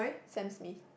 Sam-Smith